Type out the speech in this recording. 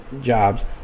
jobs